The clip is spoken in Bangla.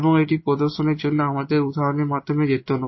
এবং এখন এটি প্রদর্শনের জন্য আমাদের এই উদাহরণের মাধ্যমে যেতে দিন